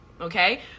Okay